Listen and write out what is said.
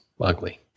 ugly